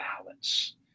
balance